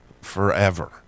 Forever